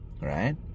right